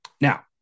now